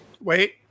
Wait